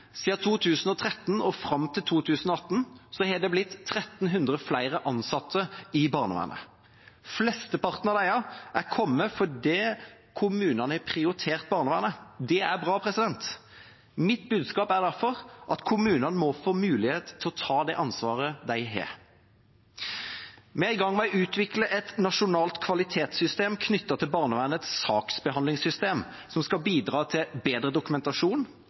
2013 og fram til 2018 har det blitt 1 300 flere ansatte i barnevernet. Flesteparten av disse er kommet fordi kommunene har prioritert barnevernet. Det er bra. Mitt budskap er derfor at kommunene må få mulighet til å ta det ansvaret de har. Vi er i gang med å utvikle et nasjonalt kvalitetssystem knyttet til barnevernets saksbehandlingssystem, som skal bidra til bedre dokumentasjon,